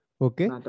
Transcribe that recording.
Okay